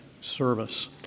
service